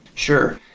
sure.